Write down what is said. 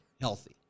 healthy